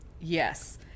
Yes